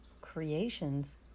creations